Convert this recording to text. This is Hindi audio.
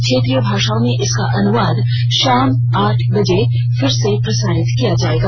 क्षेत्रीय भाषाओं में इसका अनुवाद शाम आठ बजे फिर से प्रसारित कयिा जायेगा